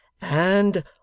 And